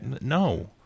No